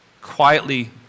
quietly